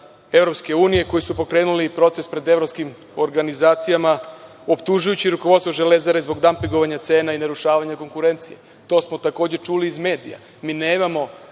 čelika EU koji su pokrenuli proces pred evropskim organizacijama optužujući rukovodstvo „Železare“ zbog dampigovanja cena i narušavanja konkurencije. To smo takođe čuli iz medija. Mi nemamo